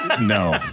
No